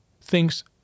thinks